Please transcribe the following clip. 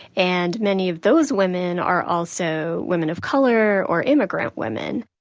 and many of those women are also women of color or immigrant women,